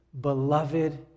beloved